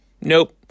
Nope